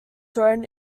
thrown